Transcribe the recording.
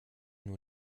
nur